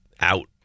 out